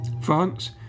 France